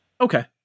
Okay